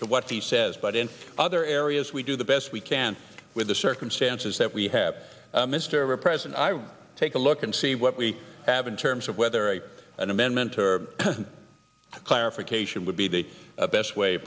what he says but in other areas we do the best we can with the circumstances that we have mr president i will take a look and see what we have in terms of whether an amendment or a clarification would be the best way